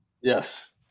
Yes